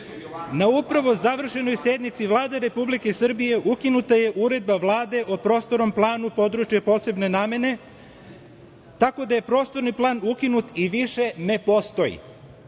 Na upravo završenoj sednici Vlade Republike Srbije ukinuta je Uredba Vlade o prostornom planu područja posebne namene, tako da je prostorni plan ukinut i više ne postoji.